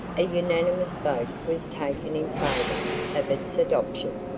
a unanimous vote was taken in favor of its adoption.